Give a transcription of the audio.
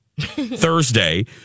Thursday